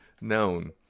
known